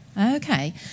Okay